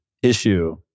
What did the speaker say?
issue